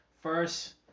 first